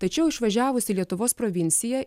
tačiau išvažiavusi į lietuvos provinciją